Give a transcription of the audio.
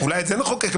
אולי את זה נחוקק.